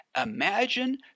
Imagine